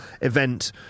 event